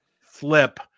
flip